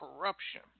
corruption